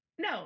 No